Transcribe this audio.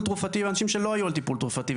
תרופתי ואנשים שלא היו על טיפול תרופתי.